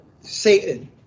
Satan